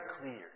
clear